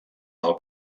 del